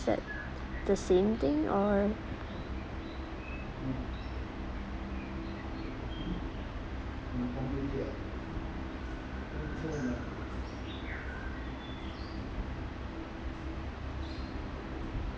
is that the same thing or